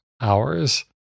hours